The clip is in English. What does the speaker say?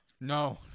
No